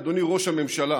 אדוני ראש הממשלה,